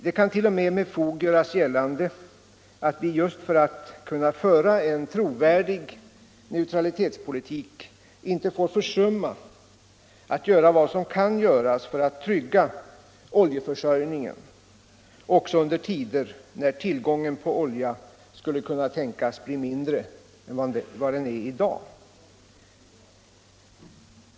Det kan t.o.m. med fog göras gällande att vi just för att kunna föra en trovärdig neutralitetspolitik inte får försumma att göra vad som kan göras för att trygga oljeförsörjningen, också under tider när tillgången på olja skulle kunna tänkas bli mindre än vad den är i dag.